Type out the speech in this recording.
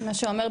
מה שאומר,